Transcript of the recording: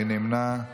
מי נמנע?